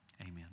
Amen